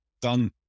done